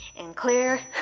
and clear.